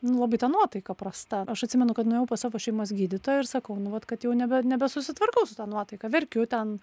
nu labai ta nuotaika prasta aš atsimenu kad nuėjau pas savo šeimos gydytoją ir sakau nu vat kad jau nebe nebesusitvarkau su ta nuotaika verkiu ten